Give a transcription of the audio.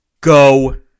Go